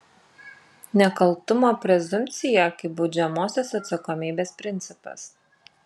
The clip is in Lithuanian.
nekaltumo prezumpcija kaip baudžiamosios atsakomybės principas